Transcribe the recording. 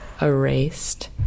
erased